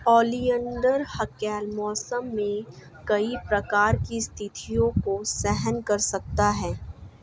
oleander हल्के मौसम में कई प्रकार की स्थितियों को सहन कर सकता है